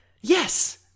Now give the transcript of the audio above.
Yes